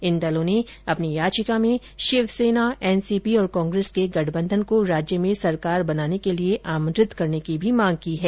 इन दलों ने अपनी याचिका में शिवसेना एनसीपी और कांग्रेस के गठनबंधन को राज्य में सरकार बनाने के लिए आमंत्रित करने की मांग की है